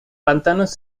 pantanos